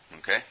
Okay